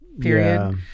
period